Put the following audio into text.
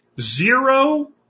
Zero